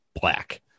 black